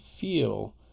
feel